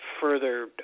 further